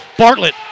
Bartlett